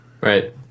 Right